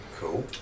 Cool